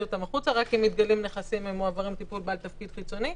אותם החוצה ורק אם מתגלים נכסים הם מועברים לטיפול בעל תפקיד חיצוני.